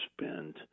spend